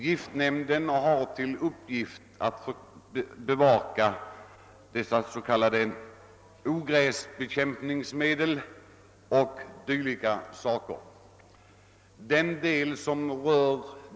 Giftnämnden har till uppgift att bevaka s.k. ogräsbekämpningsmedel o. d.